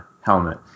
helmet